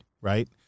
right